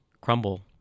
Crumble